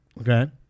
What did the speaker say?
okay